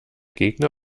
gegner